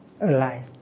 alive